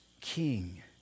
king